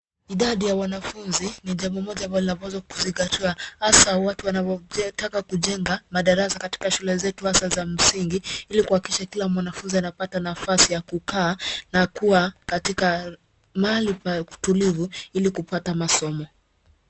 Idadi ya wanafunzi ni jambo moja ambalo linapaswa kuzingatiwa haswa watu wanavyotaka kujenga madarasa katika shule zetu hasa za msingi ili kuhakikisha kila mwanafunzi anapata nafasi ya kukaa na kuwa katika mahali pa utulivu ili kupata masomo